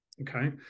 Okay